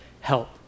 help